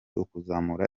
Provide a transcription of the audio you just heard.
ukuzamura